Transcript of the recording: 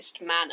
manner